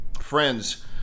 Friends